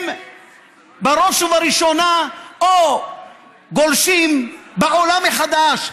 הם בראש ובראשונה או גולשים בעולם החדש,